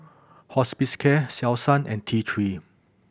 Hospicare Selsun and T Three